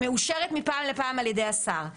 שמאושרת מפעם לפעם על-ידי השר.